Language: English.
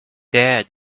there